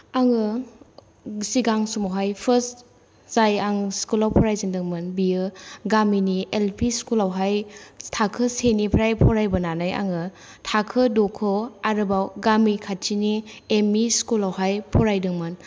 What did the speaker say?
आङो सिगां समावहाय फर्स्ट जाय आं स्कूलाव फरायजेन्दोंमोन बियो गामिनि एल पि स्कूलावहाय थाखोसेनिफ्राय फरायबोनानै आङो थाखो द'खौ आरोबाव गामि खाथिनि एम ई स्कूलावहाय फरायदोंमोन